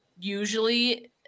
usually